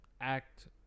act